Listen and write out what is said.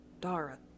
Dara